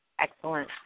Excellent